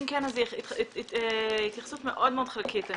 אם כן, אז התייחסות מאוד חלקית.